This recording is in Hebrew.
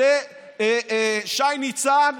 זה שי ניצן.